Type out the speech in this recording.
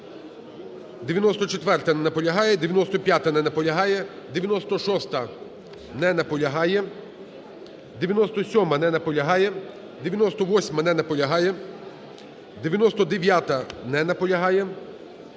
94-а. Не наполягає. 95-а. Не наполягає. 96-а. Не наполягає. 97-а. Не наполягає. 98-а. Не наполягає. 99-а. Не наполягає.